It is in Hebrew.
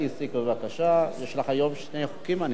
בבקשה, גברתי.